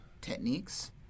Techniques